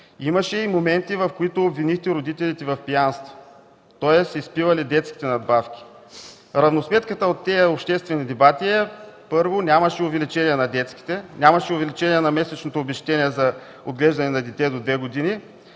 Имаше и моменти, в които обвинихте родителите в пиянство, тоест изпивали детските надбавки. Равносметката от тези обществени дебати е: нямаше увеличение на детските; нямаше увеличение на месечното обезщетение за отглеждане на дете до две години.